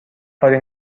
کاری